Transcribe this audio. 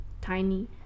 tiny